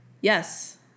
yes